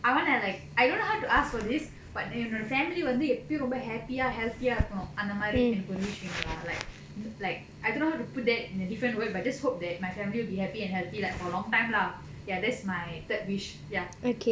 I want to like I don't know how to ask for this but you know family வந்து எப்பயும் ரொம்ப:vandhu eppayum romba happier healthier இருக்கணும் அந்தமாரி எனக்கு ஒரு:irukkanum andhamaari enakku oru wish வேணும்:venum lah like like I don't know how to put that in a different word but I just hope that my family would be happy and healthy like for a long time lah ya that's my third wish ya